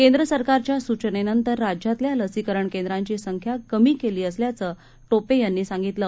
केंद्रसरकारच्यासूचनेनंतरराज्यातल्यालसीकरणकेंद्राचीसंख्याकमीकेलीअसल्याचंटोपेयांनीसांगितलं